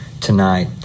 tonight